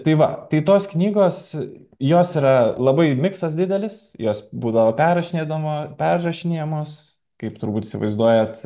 tai va tai tos knygos jos yra labai miksas didelis jos būdavo perrašinėdama perrašinėjamos kaip turbūt įsivaizduojat